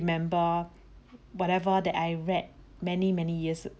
remember whatever that I read many many years